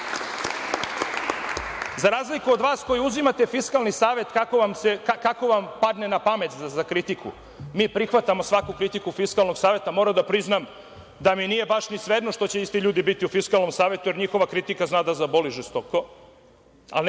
razliku od vas, koji uzimate Fiskalni savet kako vam padne na pamet za kritiku, mi prihvatamo svaku kritiku Fiskalnog saveta. Moram da priznam da mi nije baš ni svejedno što će isti ljudi biti u Fiskalnom savetu, jer njihova kritika zna da zaboli žestoko,